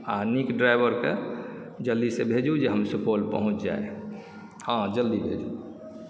आओर नीक ड्राइवरके जल्दीसँ भेजू जे हम सुपौल पहुँच जाइ हँ जल्दी भेजू